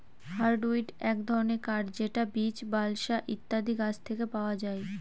hardwood এক ধরনের কাঠ যেটা বীচ, বালসা ইত্যাদি গাছ থেকে পাওয়া যায়